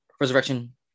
resurrection